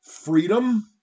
freedom